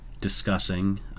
discussing